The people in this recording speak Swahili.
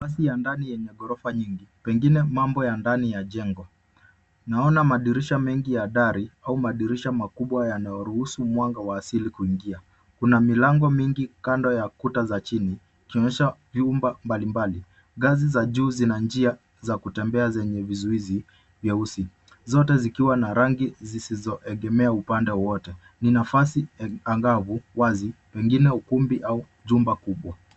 Ni nafasi ya ndani ya jengo lenye nyorofa nyingi, pengine sehemu ya mambo ya ndani ya majengo, kuna milango mingi kando ya kuta za chini inayoonyesha vyumba mbalimbali. Kuna ngazi za kupanda juu na njia za kutembea zenye vizuizi vya usalama. Vyote vimepakwa rangi zisizoegemea upande wowote. Katikati kuna nafasi kubwa iliyo wazi, pengine ni ukumbi au holi kubwa.